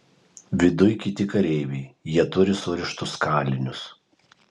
viduj kiti kareiviai jie turi surištus kalinius